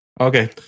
Okay